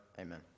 amen